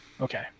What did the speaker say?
Okay